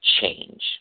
change